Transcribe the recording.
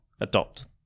adopt